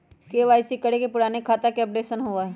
KYC करें से पुराने खाता के अपडेशन होवेई?